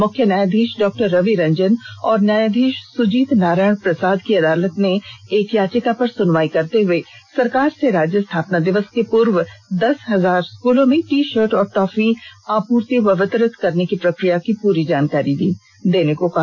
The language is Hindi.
मुख्य न्यायधीश डॉ रवि रंजन और न्यायधीश सुजीत नारायण प्रसाद की अदालत ने एक याचिका पर सुनवाई करते हुए सरकार से राज्य स्थापना दिवस के पूर्व दस हजार स्कूलों में टी शर्ट और टॉफी आपूर्ति व वितरित करने की प्रक्रिया की पूरी जानकारी दें